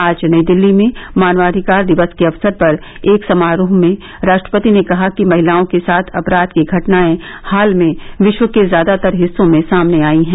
आज नई दिल्ली में मानवाधिकार दिवस के अवसर पर एक समारोह में राष्ट्रपति ने कहा कि महिलाओं के साथ अपराध की घटनाएं हाल में विश्व के ज्यादातर हिस्सों में सामने आई हैं